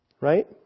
Right